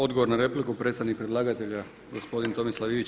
Odgovor na repliku predstavnik predlagatelja gospodin Tomislav Ivić.